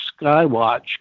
Skywatch